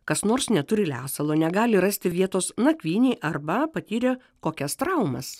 kas nors neturi lesalo negali rasti vietos nakvynei arba patyrė kokias traumas